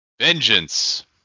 vengeance